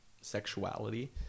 sexuality